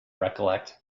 recollect